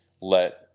let